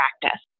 practice